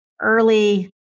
early